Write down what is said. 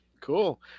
Cool